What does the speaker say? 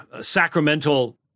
sacramental